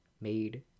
made